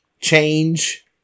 change